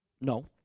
no